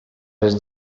els